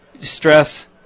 stress